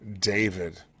David